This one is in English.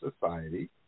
Society